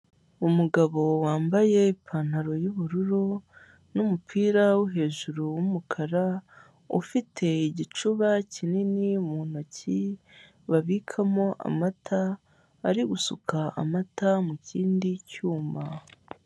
Umugabo wambaye ipantaro y'ubururu n'umupira wo hejuru w'umukara ufite igicuba kinini mu ntoki babikamo amata ari gusuka amata mu kindi cyuma